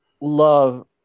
love